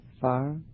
far